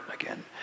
again